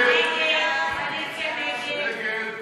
ההסתייגות של חברי הכנסת יעקב פרי